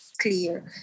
clear